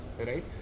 right